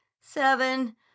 seven